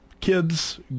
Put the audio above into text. kids